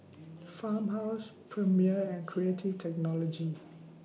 Farmhouse Premier and Creative Technology